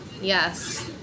yes